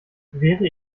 wäre